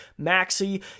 Maxi